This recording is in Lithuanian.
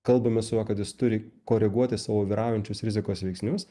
kalbame su juo kad jis turi koreguoti savo vyraujančius rizikos veiksnius